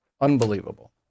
Unbelievable